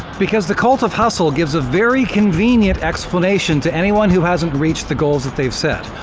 because the cult of hustle gives a very convenient explanation to anyone who hasn't reached the goals that they've set.